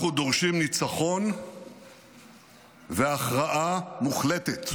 אנחנו דורשים ניצחון והכרעה מוחלטת".